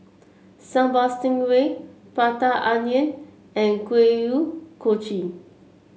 Sambal Stingray Prata Onion and Kuih Kochi